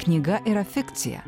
knyga yra fikcija